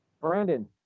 Brandon